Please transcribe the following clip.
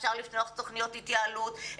אפשר לפתוח תוכניות התייעלות,